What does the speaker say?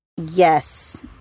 yes